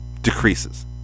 decreases